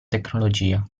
tecnologia